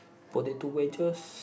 potato wedges